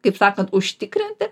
kaip sakant užtikrinti